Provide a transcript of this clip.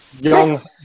Young